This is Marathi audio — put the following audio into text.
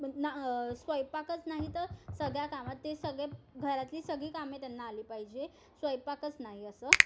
ना अ स्वयंपाकच नाही तर सगळ्या कामात ते सगळे घरातली सगळी कामे त्यांना आली पाहिजे स्वयंपाकच नाही असं